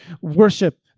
worship